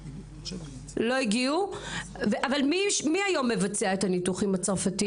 מי עוד מבצע את הניתוחים הצרפתים?